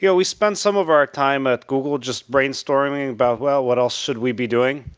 yeah we spend some of our time at google just brainstorming about, well, what else should we be doing?